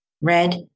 red